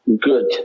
good